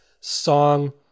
song